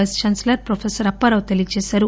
vice chancellor professor Apparao తెలియచేసారు